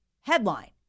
Headline